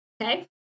okay